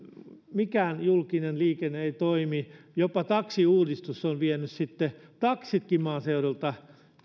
mikään julkinen liikenne ei toimi taksiuudistus on vienyt taksitkin maaseudulta